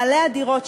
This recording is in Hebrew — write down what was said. בעלי הדירות,